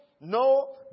no